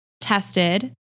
tested